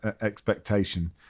expectation